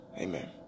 Amen